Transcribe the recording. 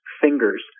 fingers